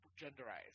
genderized